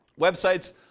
websites